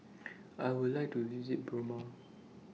I Would like to visit Burma